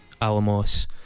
Alamos